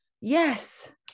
Yes